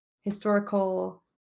historical